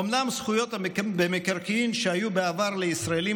אומנם זכויות במקרקעין שהיו בעבר לישראלים